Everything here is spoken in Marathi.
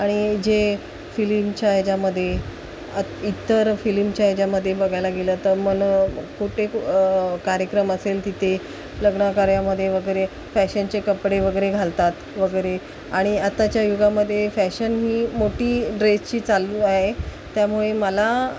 आणि जे फिलिमच्या ह्याच्यामध्ये आत् इतर फिलिमच्या ह्याच्यामध्ये बघायला गेलं तर मनं कुठे कार्यक्रम असेल तिथे लग्नाकार्यामध्ये वगैरे फॅशनचे कपडे वगैरे घालतात वगैरे आणि आताच्या युगामध्ये फॅशन ही मोठी ड्रेसची चालू आहे त्यामुळे मला